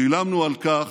שילמנו על כך,